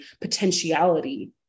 potentiality